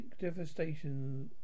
devastation